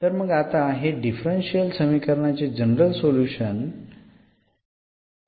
तर मग आता हे दिलेल्या डिफरन्शियल समीकरणाचे जनरल सोल्युशन आहे